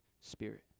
Spirit